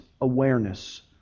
awareness